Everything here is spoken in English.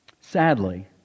sadly